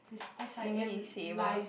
simi saver